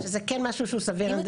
שזה כן משהו שהוא סביר הנדסית.